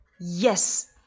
yes